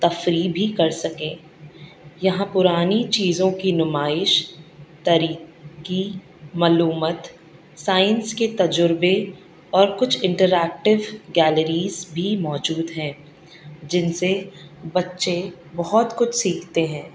تفریح بھی کر سکیں یہاں پرانی چیزوں کی نمائش ترقی معلومات سائنس کے تجربے اور کچھ انٹریکٹیو گیلریز بھی موجود ہیں جن سے بچے بہت کچھ سیکھتے ہیں